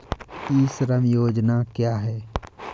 ई श्रम योजना क्या है?